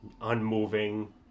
unmoving